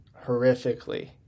horrifically